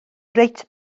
reit